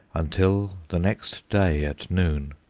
until the next day at noon.